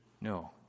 No